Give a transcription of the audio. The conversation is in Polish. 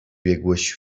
biegłość